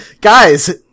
guys